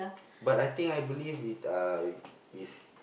but I think I believe it uh is